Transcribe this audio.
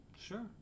sure